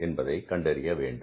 என்பதை கண்டறிய வேண்டும்